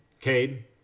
Cade